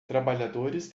trabalhadores